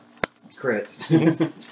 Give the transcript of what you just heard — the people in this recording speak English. crits